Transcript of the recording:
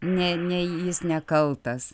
ne ne jis nekaltas